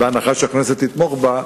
בהנחה שהכנסת תתמוך בה.